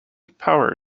power